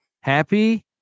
happy